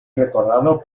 recordado